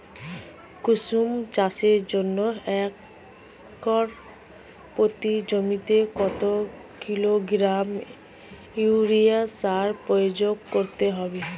কুসুম চাষের জন্য একর প্রতি জমিতে কত কিলোগ্রাম ইউরিয়া সার প্রয়োগ করতে হবে?